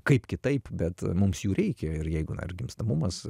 kaip kitaip bet mums jų reikia ir jeigu na ir gimstamumas